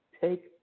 Take